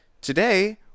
Today